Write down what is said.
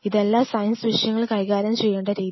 ഇതല്ല സയൻസ് വിഷയങ്ങൾ കൈകാര്യം ചെയ്യേണ്ട രീതി